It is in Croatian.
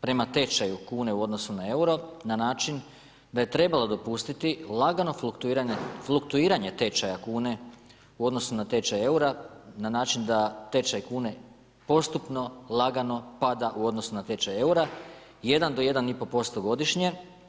prema tečaju kune u odnosu na euro na način da je trebala dopustiti lagano fluktuiranje tečaja kune u odnosu na tečaj eura na način da tečaj kune postupno, lagano pada u odnosu na tečaj eura, 1 do 1,5% godišnje.